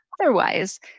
Otherwise